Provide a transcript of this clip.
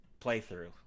playthrough